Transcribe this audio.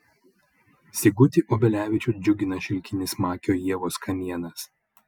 sigutį obelevičių džiugina šilkinis makio ievos kamienas